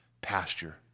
pasture